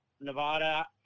Nevada